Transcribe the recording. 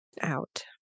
Out